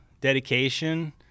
dedication